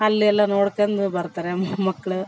ಅಲ್ಲೆಲ್ಲ ನೋಡ್ಕೊಂಡ್ ಬರ್ತಾರೆ ಮಕ್ಳು